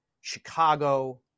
Chicago